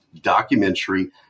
documentary